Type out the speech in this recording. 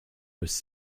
was